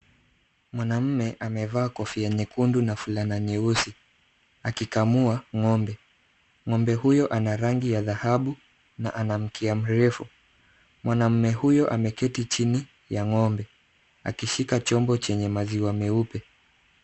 Mwanamume amevaa kofia nyekundu na fulana nyeusi akikamua ng'ombe. Ng'ombe huyo ana rangi ya dhahabu na ana mkia mrefu. Mwanamume huyo ameketi chini ya ng'ombe akishika chombo chenye maziwa meupe.